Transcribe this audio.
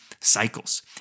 cycles